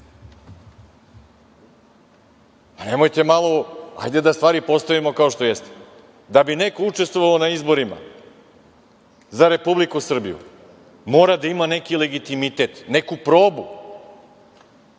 RIK.Nemojte. Hajde da stvari postavimo kao što jeste. Da bi neko učestvovao na izborima za Republike Srbiju mora da ima neki legitimitet, neku probu.